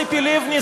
ציפי לבני,